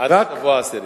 עד השבוע העשירי?